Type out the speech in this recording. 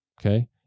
Okay